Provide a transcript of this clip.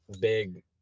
big